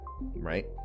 right